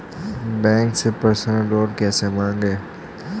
Bank से personal loan कैसे मांगें?